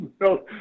No